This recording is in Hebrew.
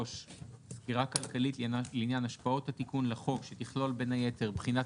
סקירה כלכלית לעניין השפעות התיקון לחוק שתכלול בין היתר בחינת